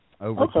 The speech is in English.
Over